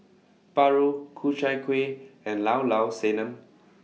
Paru Ku Chai Kueh and Llao Llao Sanum